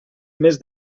més